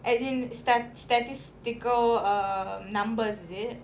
as in stat~ statistical uh numbers is it